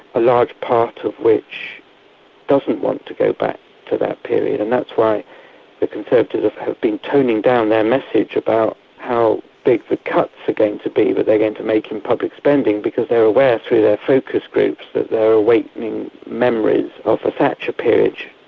a large part of which doesn't want to go back to that period, and that's why the conservatives have been toning down their message about how big the cuts are going to be, that they're going to make in public spending, because they're aware through their focus groups that they're awakening memories of the thatcher period,